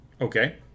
Okay